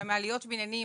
במעליות בניינים,